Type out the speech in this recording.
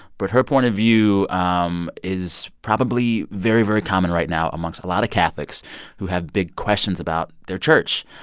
but her point of view um is probably very, very common right now amongst a lot of catholics who have big questions about their church.